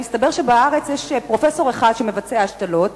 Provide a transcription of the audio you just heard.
מסתבר שבארץ יש פרופסור אחד שמבצע השתלות,